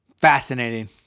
fascinating